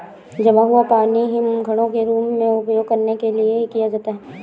जमा हुआ पानी हिमखंडों के रूप में उपयोग करने के लिए किया जाता है